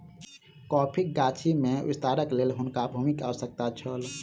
कॉफ़ीक गाछी में विस्तारक लेल हुनका भूमिक आवश्यकता छल